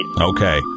okay